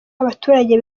abaturage